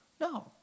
no